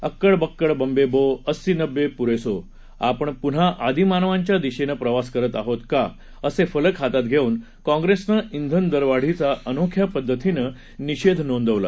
अक्कड बक्कड बंबे बो अस्सी नब्बे पुरे सौ आपण पुन्हा आदिमानवांच्या दिशेने प्रवास करत आहोत का असे फलक हातात धेऊन काँग्रेसने इंधन दरवाढीचा अनोख्या पद्धतीनं निषेध नोंदवला